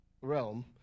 realm